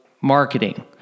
marketing